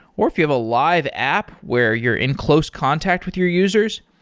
or if you have a live app where you're in close contact with your users,